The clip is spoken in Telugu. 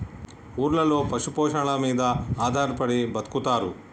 ఊర్లలో పశు పోషణల మీద ఆధారపడి బతుకుతారు